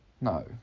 No